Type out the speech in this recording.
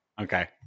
Okay